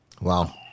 wow